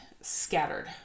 scattered